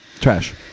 Trash